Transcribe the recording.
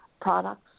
products